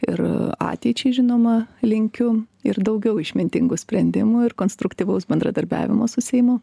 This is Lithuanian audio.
ir ateičiai žinoma linkiu ir daugiau išmintingų sprendimų ir konstruktyvaus bendradarbiavimo su seimu